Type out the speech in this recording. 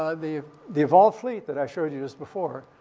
ah the the evolved fleet that i showed you this before,